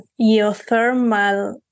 geothermal